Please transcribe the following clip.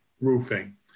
roofing